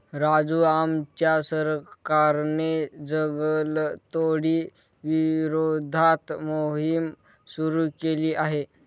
राजू आमच्या सरकारने जंगलतोडी विरोधात मोहिम सुरू केली आहे